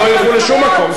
שלא ילכו לשום מקום,